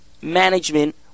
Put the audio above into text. Management